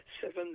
seven